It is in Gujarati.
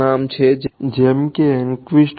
જેમકે એન્ક્વિસ્ટ